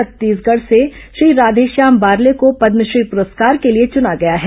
छत्तीसगढ़ से श्री राधेश्याम बारले को पदमश्री प्रस्कार के लिए चूना गया है